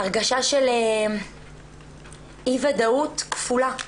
הרגשה של אי-ודאות כפולה.